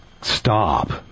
stop